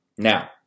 Now